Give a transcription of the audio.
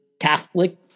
Catholic